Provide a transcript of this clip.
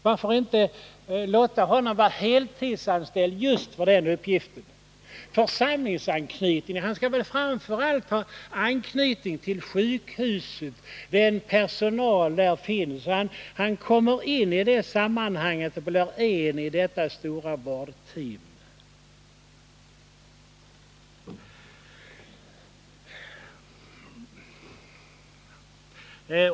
Varför inte låta honom vara heltidsanställd just för den uppgiften? Han skall väl framför allt ha anknytning till sjukhuset 205 Nr 149 och den personal som finns där så att han kommer in i det sammanhanget och Onsdagen den blir en länk i detta stora vårdteam.